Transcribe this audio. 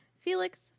Felix